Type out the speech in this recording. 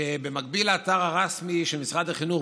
במקביל לאתר הרשמי של משרד החינוך,